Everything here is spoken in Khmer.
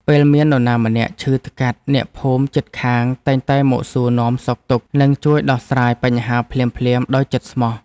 ពេលមាននរណាម្នាក់ឈឺថ្កាត់អ្នកភូមិជិតខាងតែងតែមកសួរនាំសុខទុក្ខ និងជួយដោះស្រាយបញ្ហាភ្លាមៗដោយចិត្តស្មោះ។